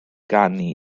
ganu